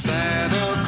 Santa